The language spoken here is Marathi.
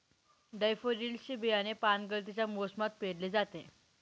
डैफोडिल्स चे बियाणे पानगळतीच्या मोसमात पेरले जाते